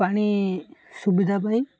ପାଣି ସୁବିଧା ପାଇଁ